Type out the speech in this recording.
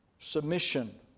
submission